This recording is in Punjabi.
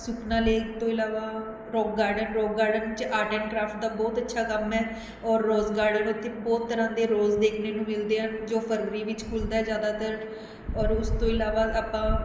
ਸੁਖਨਾ ਲੇਕ ਤੋਂ ਇਲਾਵਾ ਰੌਕ ਗਾਰਡਨ ਰੌਕ ਗਾਰਡਨ 'ਚ ਆਰਟ ਐਂਡ ਕਰਾਫਟ ਦਾ ਬਹੁਤ ਅੱਛਾ ਕੰਮ ਹੈ ਔਰ ਰੋਜ ਗਾਰਡਨ ਉਥੇ ਬਹੁਤ ਤਰ੍ਹਾਂ ਦੇ ਰੋਜ਼ ਦੇਖਣੇ ਨੂੰ ਮਿਲਦੇ ਆ ਜੋ ਫਰਵਰੀ ਵਿੱਚ ਖੁੱਲਦਾ ਜ਼ਿਆਦਾਤਰ ਔਰ ਉਸ ਤੋਂ ਇਲਾਵਾ ਆਪਾਂ